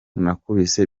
nakubise